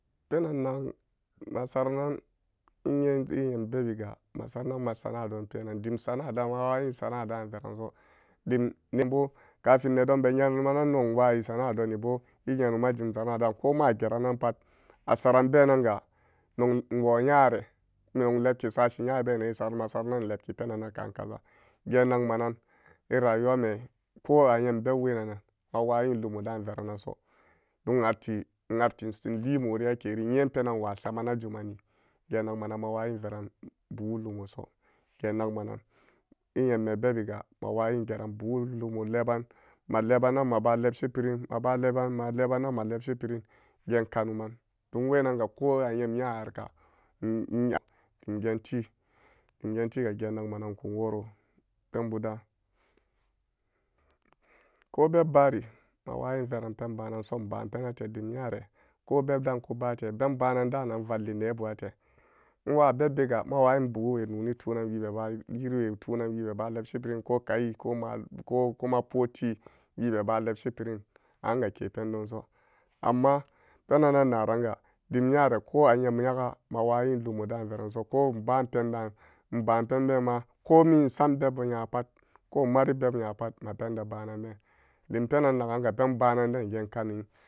Penan nag masaranan nyen eyam bebiga masaranan ma sana'a don penan dim sana'a da'an mawayin sanab da'an veranso dim kafin ne donbe nyenama nan nog enwayi sana'a donibo e-nyenuma jum sana'a da'an ko ma gerananpat asaran benanga nog enwo nyare nog enlepki sashi nyabena esaran masaranan enlepki penan na ka'an kaza geen ngma nan e-rayuwame ko ayam beb wenan-nan mawayin lumo daan verangso don en-atti en-atti enli moriyo keri nyepenan inwa samana jumanni geen nagma nan mawayin veran bugu lumoso geen nagmanan eymme bebiga mawayin geran bugu lumo leban malebanan maba lepshi pirin mabaleban-balebanan ma lepshi pirin geen kanu man don wenan ko anyam nya harka dim geenti dim geentiga geen nagma nan ekun woro. Penbu dalan ko beba-bari mawayin veran pen ba'ananso enbaan penate dim nyare ko beb daan kabate pen baanam dalan-nan valli nebuate enwa beb-bega mawayin buguwe noni tunan webeba yiriwetunan webeba lebshi pirin kokai ko malori ko kumpoti webe ba lepshi pirin angake pendonso amma penan na naranga dim nyare ko ayam nyaga mawayin lumo da'an veranso ko enba'an pendaan enba'an penbema komin ensambeba nyapat ko emari beb nyapat mapende dim penan naganga pen bananden geen kanin.